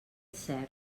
cert